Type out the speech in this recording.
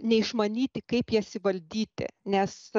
neišmanyti kaip jas įvaldyti nes